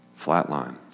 flatline